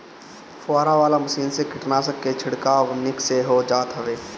फुहारा वाला मशीन से कीटनाशक के छिड़काव निक से हो जात हवे